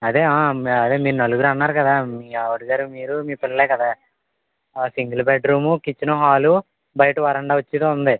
అదే అదే మీరు నలుగురన్నారు కదా మీ ఆవిడ గారు మీరు మీ పిల్లలే కదా ఒక సింగల్ బెడ్రూమ్ కిచెన్ హాల్ బయట వరండా వచ్చేది ఉంది